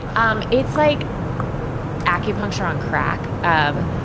um it's like acupuncture on crack. um